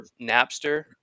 Napster